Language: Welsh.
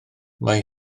mae